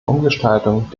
umgestaltung